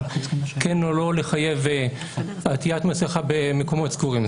כן או לא לחייב עטיית מסכה במקומות סגורים.